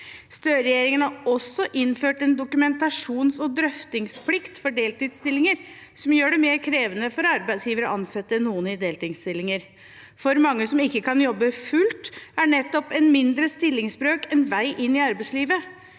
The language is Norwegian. Støre-regjeringen har også innført en dokumentasjons- og drøftingsplikt for deltidsstillinger som gjør det mer krevende for arbeidsgivere å ansette noen i deltidsstillinger. For mange som ikke kan jobbe fullt, er nettopp en mindre stillingsbrøk en vei inn i arbeidslivet.